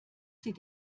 sie